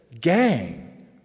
gang